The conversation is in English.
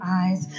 eyes